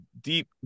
deep